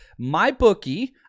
MyBookie